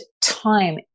time